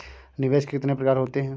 निवेश के कितने प्रकार होते हैं?